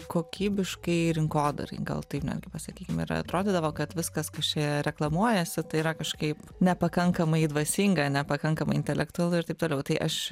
kokybiškai rinkodarai gal taip netgi pasakykim ir atrodydavo kad viskas kas čia reklamuojasi tai yra kažkaip nepakankamai dvasinga nepakankamai intelektualu ir taip toliau tai aš